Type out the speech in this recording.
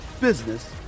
business